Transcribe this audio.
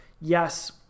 yes